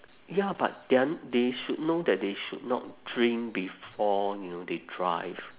ya but they are they should know that they should not drink before you know they drive